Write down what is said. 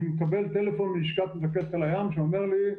אני מקבל טלפון מלשכת מפקד חיל הים שאומר לי,